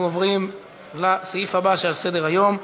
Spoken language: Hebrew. אנחנו עוברים לסעיף הבא שעל סדר-היום: